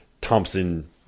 Thompson